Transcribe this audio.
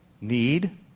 need